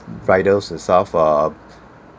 riders itself err